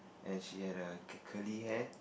and she has a curly hair